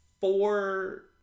four